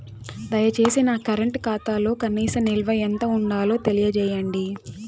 దయచేసి నా కరెంటు ఖాతాలో కనీస నిల్వ ఎంత ఉండాలో తెలియజేయండి